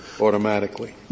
automatically